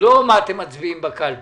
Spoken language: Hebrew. לא מה אתם מצביעים בקלפי.